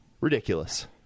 Ridiculous